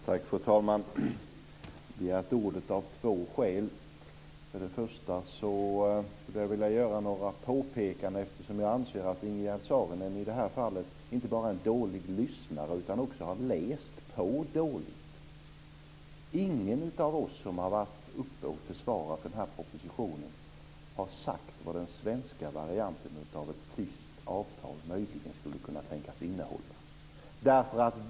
Fru talman! Jag har begärt ordet av två skäl. För det första vill jag göra några påpekanden eftersom jag anser att Ingegerd Saarinen i det här fallet inte bara är en dålig lyssnare utan också har läst på dåligt. Ingen av oss som varit uppe och försvarat den här propositionen har sagt vad den svenska varianten av ett tyskt avtal möjligen skulle kunna tänkas innehålla.